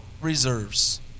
reserves